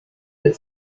that